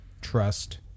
trust